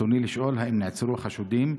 ברצוני לשאול: 1. האם נעצרו חשודים?